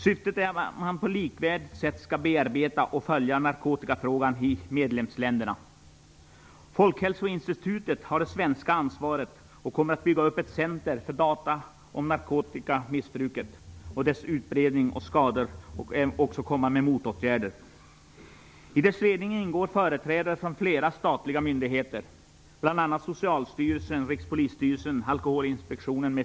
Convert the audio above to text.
Syftet är att man på ett likvärdigt sätt skall bearbeta och följa narkotikafrågan i medlemsländerna. Folkhälsoinstitutet har det svenska ansvaret och kommer att bygga upp ett center för data om narkotikamissbruket, dess utbredning, skador och motåtgärder. I ledningsgruppen ingår företrädare för flera statliga myndigheter, bl.a. Socialstyrelsen, Rikspolisstyrelsen och Alkoholinspektionen.